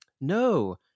no